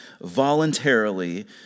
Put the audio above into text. voluntarily